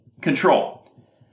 control